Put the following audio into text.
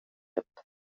upp